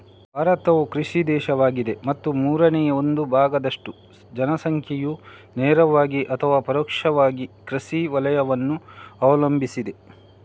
ಭಾರತವು ಕೃಷಿ ದೇಶವಾಗಿದೆ ಮತ್ತು ಮೂರನೇ ಒಂದು ಭಾಗದಷ್ಟು ಜನಸಂಖ್ಯೆಯು ನೇರವಾಗಿ ಅಥವಾ ಪರೋಕ್ಷವಾಗಿ ಕೃಷಿ ವಲಯವನ್ನು ಅವಲಂಬಿಸಿದೆ